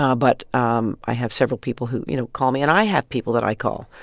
um but um i have several people who, you know, call me. and i have people that i call,